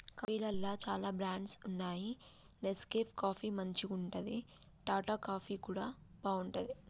కాఫీలల్ల చాల బ్రాండ్స్ వున్నాయి నెస్కేఫ్ కాఫీ మంచిగుంటది, టాటా కాఫీ కూడా బాగుంటది